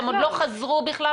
הם עוד לא חזרו בכלל,